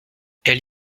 elle